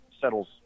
settles